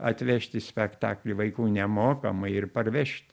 atvežt į spektaklį vaikų nemokamai ir parvežt